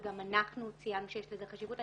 וגם אנחנו ציינו שיש לזה חשיבות.